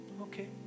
Okay